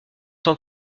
tant